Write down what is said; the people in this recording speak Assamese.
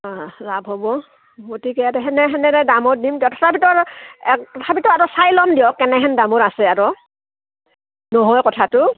অঁ লাভ হ'ব গতিকে সেনে সেনেৰে দামত দিম দিয়ক তথাপিত তথাপিত আৰু চাই ল'ম দিয়ক কেনেহেন দামৰ আছে আৰু নহয় কথাটো